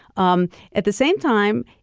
um at the same time,